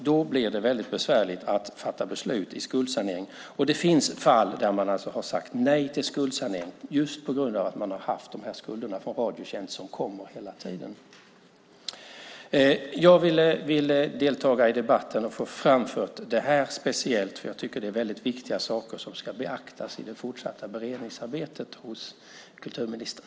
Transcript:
Då blir det väldigt besvärligt att fatta beslut om skuldsanering, och det finns fall där man har sagt nej till skuldsanering just på grund av att man har haft de här skulderna från Radiotjänst som kommer hela tiden. Jag ville delta i debatten och få framföra det här speciellt, för jag tycker att det är väldigt viktiga saker som ska beaktas i det fortsatta beredningsarbetet hos kulturministern.